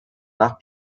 nach